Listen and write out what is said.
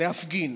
להפגין.